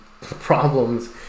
problems